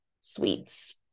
sweets